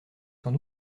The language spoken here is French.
sans